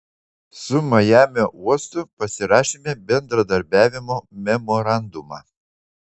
su majamio uostu pasirašėme bendradarbiavimo memorandumą